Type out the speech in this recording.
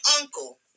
uncle